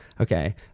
okay